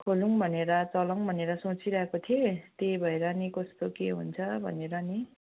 खोलौँ भनेर चलाऔँ भनेर सोचिराखेको थिएँ त्यही भएर नि कस्तो के हुन्छ भनेर नि